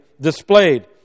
displayed